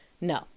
No